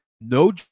no